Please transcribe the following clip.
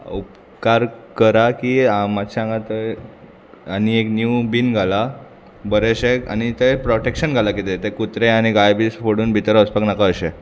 उपकार करा की मातशें हांगा थंय आनी एक नीव बीन घाला बरेंशें आनी थंय प्रोटेक्शन घाला कितें तें कुत्रे आनी गाय बीन फोडून भितर वचपाक नाका अशें